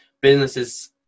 businesses